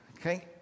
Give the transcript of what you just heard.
Okay